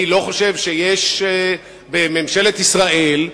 אני לא חושב שממשלת ישראל,